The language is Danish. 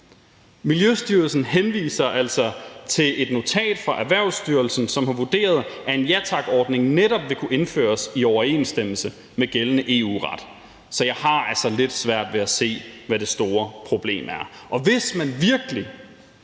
Miljøstyrelsen henviser altså til et notat fra Erhvervsstyrelsen, som har vurderet, at en ja tak-ordning netop vil kunne indføres i overensstemmelse med gældende EU-ret. Så jeg har altså lidt svært ved at se, hvad det store problem er.